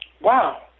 Wow